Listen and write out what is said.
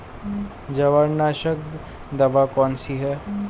जवारनाशक दवा कौन सी है?